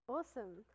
Awesome